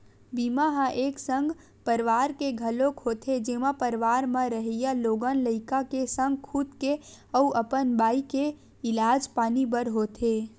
बीमा ह एक संग परवार के घलोक होथे जेमा परवार म रहइया लोग लइका के संग खुद के अउ अपन बाई के इलाज पानी बर होथे